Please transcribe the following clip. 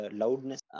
loudness